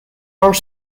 are